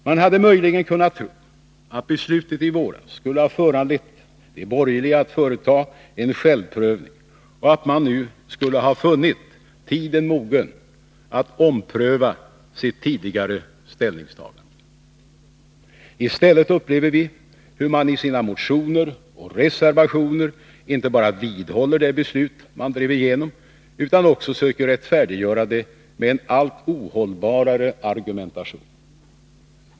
Man hade möjligen kunnat tro att beslutet i våras skulle ha föranlett de borgerliga att företa en självprövning och att de nu skulle ha funnit tiden mogen att ompröva sitt tidigare ställningstagande. I stället upplever vi hur de i sina motioner och reservationer inte bara vidhåller det beslut de drev igenom utan också söker rättfärdiggöra det med en allt ohållbarare argumentation.